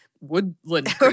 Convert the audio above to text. woodland